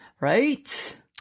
Right